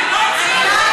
אני לא הצעתי את זה,